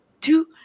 two